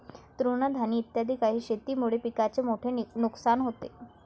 तृणधानी इत्यादी काही शेतीमुळे पिकाचे मोठे नुकसान होते